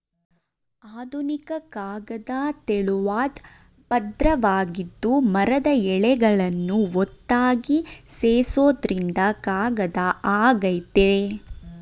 ಆಧುನಿಕ ಕಾಗದ ತೆಳುವಾದ್ ಪದ್ರವಾಗಿದ್ದು ಮರದ ಎಳೆಗಳನ್ನು ಒತ್ತಾಗಿ ಸೇರ್ಸೋದ್ರಿಂದ ಕಾಗದ ಆಗಯ್ತೆ